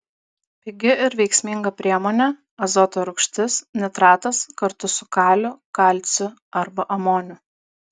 pigi ir veiksminga priemonė azoto rūgštis nitratas kartu su kaliu kalciu arba amoniu